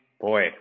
boy